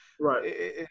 Right